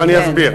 אני אסביר.